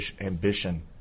ambition